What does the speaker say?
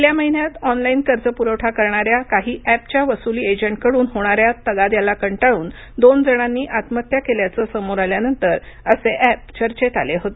गेल्या महिन्यात ऑनलाइन कर्जपुरवठा करणाऱ्या काही अॅपच्या वसुली एजंटकडून होणाऱ्या तगाद्याला कंटाळून दोन जणांनी आत्महत्या केल्याचं समोर आल्यानंतर असे एप चर्चेत आले होते